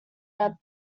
out